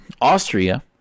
Austria